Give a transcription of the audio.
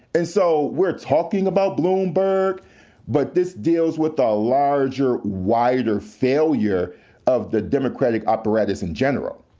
and so we're talking about bloomberg but this deals with the larger, wider failure of the democratic apparatus in general.